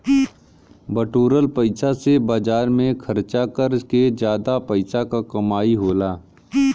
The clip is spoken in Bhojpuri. बटोरल पइसा से बाजार में खरचा कर के जादा पइसा क कमाई होला